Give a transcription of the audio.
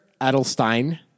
Adelstein